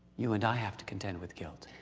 you and i have to contend with guilt.